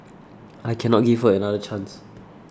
I cannot give her another chance